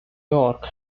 york